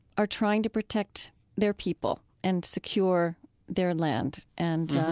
are trying to protect their people and secure their land. and